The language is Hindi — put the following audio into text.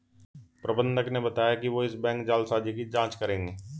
प्रबंधक ने बताया कि वो इस बैंक जालसाजी की जांच करेंगे